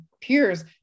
peers